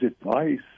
advice